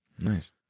Nice